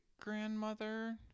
grandmother